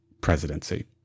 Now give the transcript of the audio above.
presidency